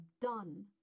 done